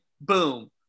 boom